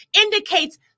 indicates